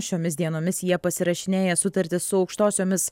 šiomis dienomis jie pasirašinėja sutartis su aukštosiomis